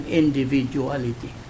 individuality